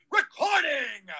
recording